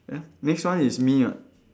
eh next one is me [what]